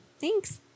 thanks